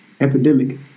epidemic